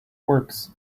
works